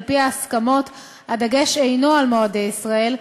על-פי ההסכמות הדגש אינו על מועדי ישראל.